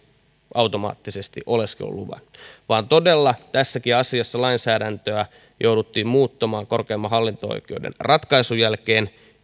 automaattisesti oleskeluluvan vaan todella tässäkin asiassa lainsäädäntöä jouduttiin muuttamaan korkeimman hallinto oikeuden ratkaisun jälkeen